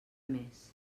mes